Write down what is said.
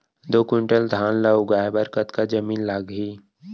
दो क्विंटल धान ला उगाए बर कतका जमीन लागही?